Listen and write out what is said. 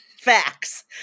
Facts